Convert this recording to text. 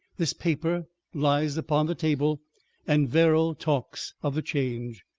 this paper lies upon the table and verrall talks of the change.